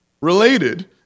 Related